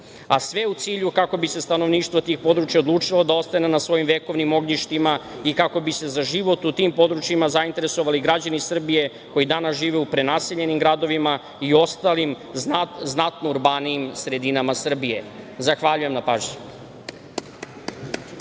a sve u cilju kako bi se stanovništvo tih područja odlučilo da ostane na svojim vekovnim ognjištima i kako bi se za život u tim područjima zainteresovali građani Srbije koji danas žive u prenaseljenim gradovima i ostalim znatno urbanijim sredinama Srbije? Zahvaljujem.